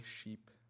sheep